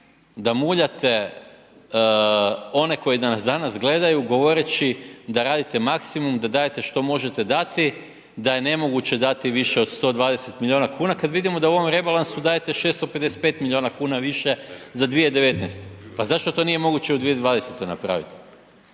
da muljate one koji nas danas gledaju govoreći da radite maksimum, da dajete što možete dati, da je nemoguće dati više od 120 milijuna kuna kada vidimo da u ovom rebalansu dajete 655 milijuna kuna više za 2019. Pa zašto to nije moguće u 2020. napraviti?